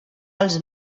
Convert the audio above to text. alts